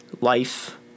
life